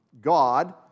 God